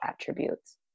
attributes